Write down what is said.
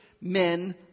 men